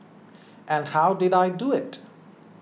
and how did I do it